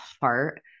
heart